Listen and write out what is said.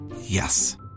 Yes